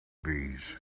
bees